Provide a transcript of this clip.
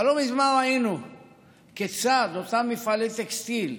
אבל לא מזמן ראינו כיצד אותם מפעלי טקסטיל,